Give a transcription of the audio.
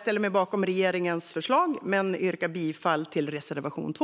ställer mig bakom regeringens förslag men yrkar bifall till reservation 2.